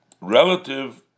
relative